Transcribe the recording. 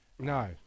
No